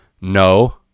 No